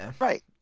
right